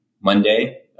Monday